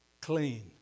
clean